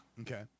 Okay